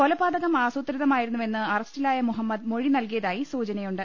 കൊലപാതകം ആസൂത്രിതമായിരുന്നു വെന്ന് അറസ്റ്റിലായ മുഹമ്മദ് മൊഴി നൽകിയതായി സൂചനയുണ്ട്